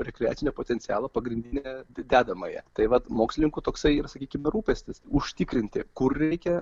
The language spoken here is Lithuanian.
rekreacinio potencialo pagrindinę dedamąją tai vat mokslininkų toksai ir sakykim rūpestis užtikrinti kur likę